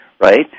right